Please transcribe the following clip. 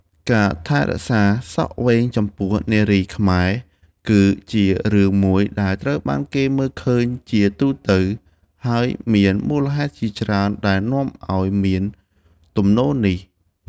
ការថែរក្សាសក់វែងចំពោះនារីខ្មែរ គឺជារឿងមួយដែលត្រូវបានគេមើលឃើញជាទូទៅ ហើយមានមូលហេតុជាច្រើនដែលនាំឲ្យមានទំនោរនេះ។